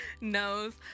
knows